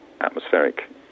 atmospheric